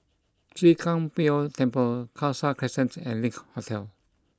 Chwee Kang Beo Temple Khalsa Crescent and Link Hotel